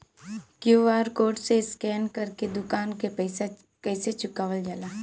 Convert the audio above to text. QR code से scan कर के दुकान के पैसा कैसे चुकावल जाला?